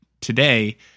today